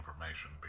information